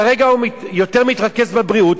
כרגע הוא יותר מתרכז בבריאות,